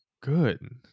good